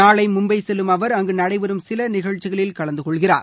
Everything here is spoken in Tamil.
நாளை மும்பை செல்லும் அவர் அங்கு நடைபெறும் சில நிகழ்ச்சிகளில் கலந்து கொள்கிறார்